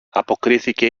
αποκρίθηκε